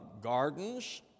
gardens